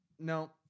no